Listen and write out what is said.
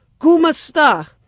Gumasta